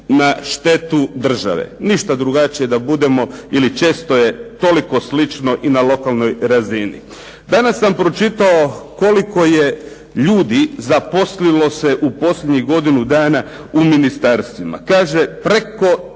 na štetu države. Ništa drugačije da budemo, ili često je toliko slično i na lokalnoj razini. Danas sam pročitao koliko ljudi se zaposlilo u posljednjih godinu dana u ministarstvima, preko